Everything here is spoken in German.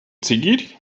zickig